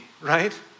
right